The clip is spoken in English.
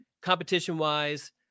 competition-wise